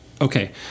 Okay